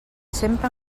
sempre